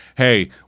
hey